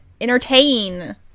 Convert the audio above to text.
entertain